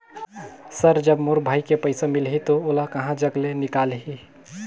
Sir जब मोर भाई के पइसा मिलही तो ओला कहा जग ले निकालिही?